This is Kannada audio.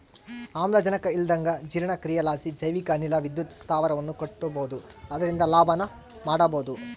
ಆಮ್ಲಜನಕ ಇಲ್ಲಂದಗ ಜೀರ್ಣಕ್ರಿಯಿಲಾಸಿ ಜೈವಿಕ ಅನಿಲ ವಿದ್ಯುತ್ ಸ್ಥಾವರವನ್ನ ಕಟ್ಟಬೊದು ಅದರಿಂದ ಲಾಭನ ಮಾಡಬೊಹುದು